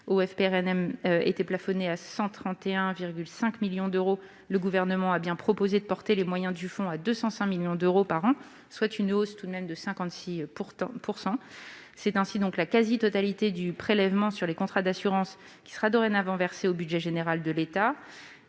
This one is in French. au FPRNM étaient plafonnées à 131,5 millions d'euros, le Gouvernement a proposé de porter les moyens du fonds à 205 millions d'euros par an, soit une hausse de 56 %. C'est donc la quasi-totalité du prélèvement sur les contrats d'assurance qui sera dorénavant versée au budget général de l'État